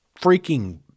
freaking